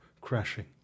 crashing